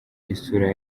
isura